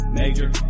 major